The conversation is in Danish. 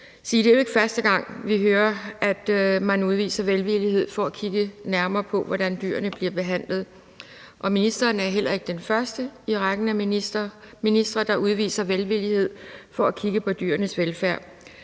det jo ikke er første gang, vi hører, at man udviser velvillighed over for at kigge nærmere på, hvordan dyrene bliver behandlet, og ministeren er heller ikke den første i rækken af ministre, der udviser velvillighed over for at kigge på dyrenes velfærd.